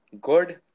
good